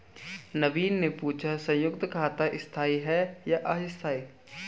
नवीन ने पूछा संयुक्त खाता स्थाई है या अस्थाई